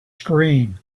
screen